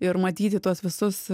ir matyti tuos visus